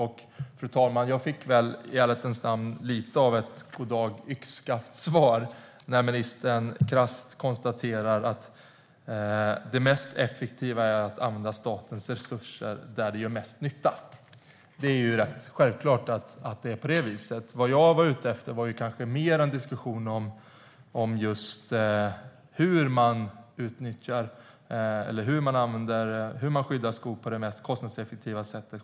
I ärlighetens namn fick jag, fru talman, lite av ett god-dag-yxskaft-svar när ministern krasst konstaterade att det mest effektiva är att använda statens resurser där de gör mest nytta. Det är ju rätt självklart. Jag var mer ute efter en diskussion om hur man skyddar skog på det mest kostnadseffektiva sättet.